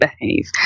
behave